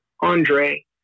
Andre